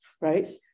right